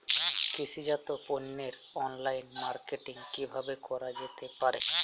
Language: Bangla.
কৃষিজাত পণ্যের অনলাইন মার্কেটিং কিভাবে করা যেতে পারে?